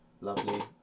lovely